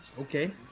Okay